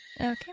Okay